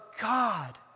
God